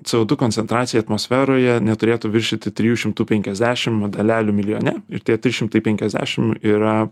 co du koncentracija atmosferoje neturėtų viršyti trijų šimtų penkiasdešim dalelių milijone ir tie trys šimtai penkiasdešim yra